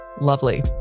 Lovely